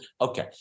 Okay